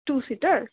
two seater